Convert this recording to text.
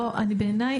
בעיניי,